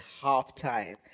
halftime